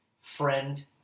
friend